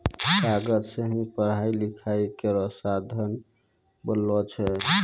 कागज सें ही पढ़ाई लिखाई केरो साधन बनलो छै